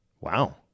Wow